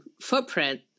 footprint